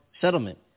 settlement